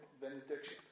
benediction